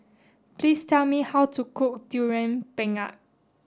please tell me how to cook durian pengat